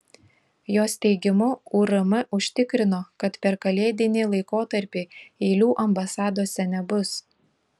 jos teigimu urm užtikrino kad per kalėdinį laikotarpį eilių ambasadose nebus